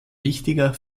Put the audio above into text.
wichtiger